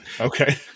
Okay